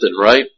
right